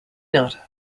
not